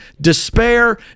despair